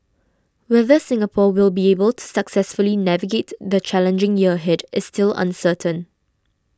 whether Singapore will be able to successfully navigate the challenging year ahead is still uncertain